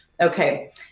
Okay